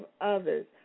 others